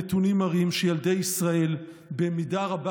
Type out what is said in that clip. הנתונים מראים שילדי ישראל במידה רבה